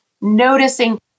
noticing